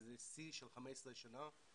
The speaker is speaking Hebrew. זה שיא של 15 שנה.